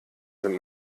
sind